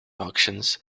auctions